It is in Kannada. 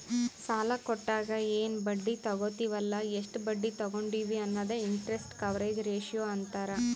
ಸಾಲಾ ಕೊಟ್ಟಾಗ ಎನ್ ಬಡ್ಡಿ ತಗೋತ್ತಿವ್ ಅಲ್ಲ ಎಷ್ಟ ಬಡ್ಡಿ ತಗೊಂಡಿವಿ ಅನ್ನದೆ ಇಂಟರೆಸ್ಟ್ ಕವರೇಜ್ ರೇಶಿಯೋ ಅಂತಾರ್